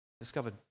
discovered